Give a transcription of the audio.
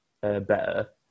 better